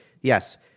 yes